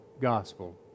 Gospel